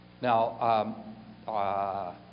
Now